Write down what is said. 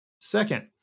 Second